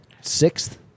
sixth